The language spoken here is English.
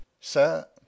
sir